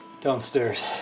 Downstairs